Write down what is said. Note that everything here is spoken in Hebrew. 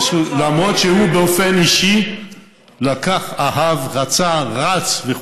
למרות שהוא, באופן אישי, לקח, אהב, רצה, רץ וכו'.